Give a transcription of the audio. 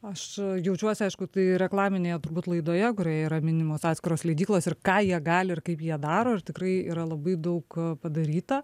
aš jaučiuosi aišku tai reklaminėje turbūt laidoje kurioje yra minimos atskiros leidyklos ir ką jie gali ir kaip jie daro ir tikrai yra labai daug padaryta